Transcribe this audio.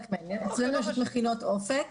אצלנו נמצאות מכינות אופק